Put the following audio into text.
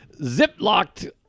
ziplocked